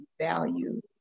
value